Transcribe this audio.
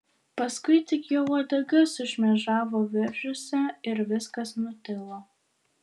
paskui tik jo uodega sušmėžavo viržiuose ir viskas nutilo